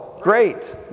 Great